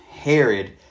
Herod